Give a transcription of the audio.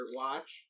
watch